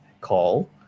call